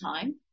time